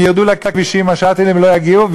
הם ירדו לכבישים וה"שאטלים" לא יגיעו.